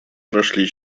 прошли